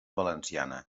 valenciana